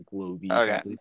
okay